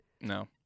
No